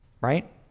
right